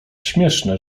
śmieszne